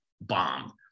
bomb